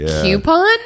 Coupon